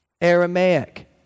Aramaic